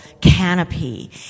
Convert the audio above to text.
canopy